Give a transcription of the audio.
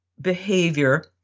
behavior